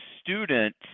student